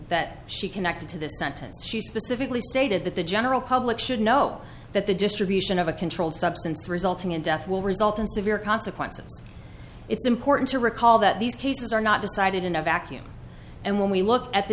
that she connected to the sentence she specifically stated that the general public should know that the distribution of a controlled substance resulting in death will result in severe consequences it's important to recall that these cases are not decided in a vacuum and when we look at the